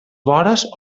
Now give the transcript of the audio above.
vores